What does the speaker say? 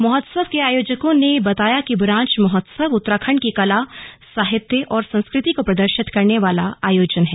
महोत्सव के आयोजकों ने बताया कि बुरांश महोत्सव उत्तराखंड की कला साहित्य और संस्कृति को प्रदर्शित करने वाला आयोजन है